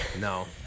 No